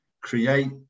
create